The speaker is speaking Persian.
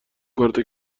کارت